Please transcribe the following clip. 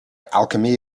alchemy